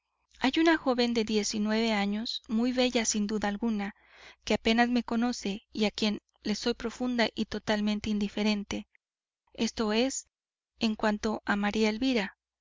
hay una joven de diez y nueve años muy bella sin duda alguna que apenas me conoce y a quien le soy profunda y totalmente indiferente esto en cuanto a maría elvira